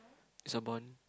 is a bond